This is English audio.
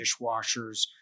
dishwashers